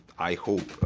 i hope,